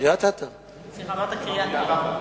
אמרת "קריית-ארבע".